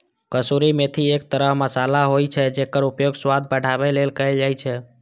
कसूरी मेथी एक तरह मसाला होइ छै, जेकर उपयोग स्वाद बढ़ाबै लेल कैल जाइ छै